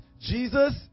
Jesus